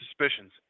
suspicions